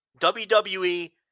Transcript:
WWE